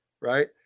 right